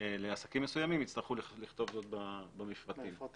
לעסקים מסוימים, יצטרכו לכתוב זאת במפרטים.